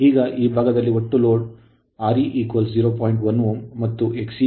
ಈಗ ಈ ಭಾಗದಲ್ಲಿ ಒಟ್ಟು ಲೋಡ್ ನಾವು Re0